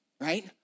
Right